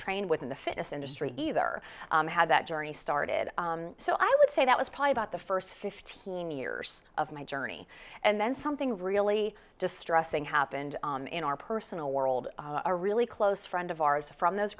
trained with in the fitness industry either had that journey started so i would say that was probably about the first fifteen years of my journey and then something really distressing happened in our personal world a really close friend of ours from those